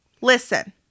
listen